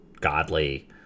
godly